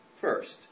First